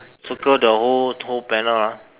circle the whole whole panel ah